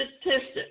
statistics